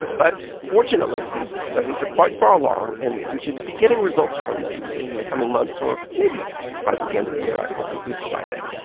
but fortunately, these studies are quite far along, and we should be getting results from them in the coming months or maybe by the end of the year i hope at least by then.